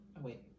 wait